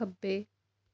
ਖੱਬੇ